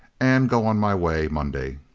and go on my way monday.